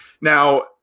Now